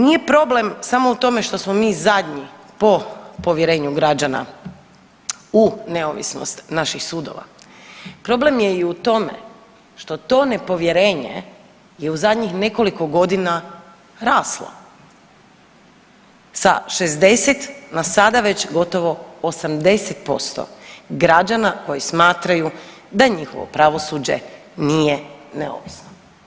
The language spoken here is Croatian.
Nije problem samo u tome što smo mi zadnji po povjerenju građana u neovisnost naših sudova, problem je i u tome što to nepovjerenje je u zadnjih nekoliko godina raslo sa 60 na sada već gotovo 80% građana koji smatraju da njihovo pravosuđe nije neovisno.